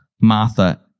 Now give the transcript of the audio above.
Martha